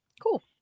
Cool